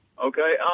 Okay